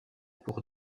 pour